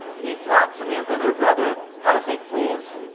he taught samantha and her brother how to say please,